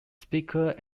speaker